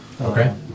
Okay